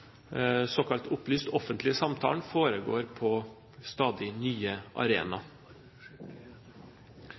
såkalt opplyste offentlige samtalen foregår på stadig nye arenaer.